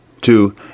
Two